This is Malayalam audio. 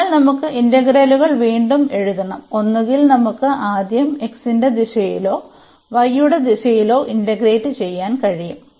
അതിനാൽ നമുക്ക് ഇന്റഗ്രലുകൾ വീണ്ടും എഴുതണം ഒന്നുകിൽ നമുക്ക് ആദ്യം x ന്റെ ദിശയിലോ y യുടെ ദിശയിലോ ഇന്റഗ്രേറ്റ് ചെയ്യാൻ കഴിയും